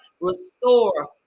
restore